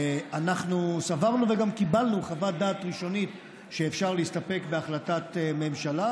אנחנו סברנו וגם קיבלנו חוות דעת ראשונית שאפשר להסתפק בהחלטת ממשלה,